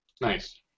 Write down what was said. Nice